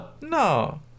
No